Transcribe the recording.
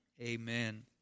Amen